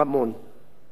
התזכיר הופץ